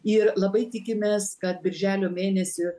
ir labai tikimės kad birželio mėnesį